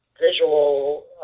visual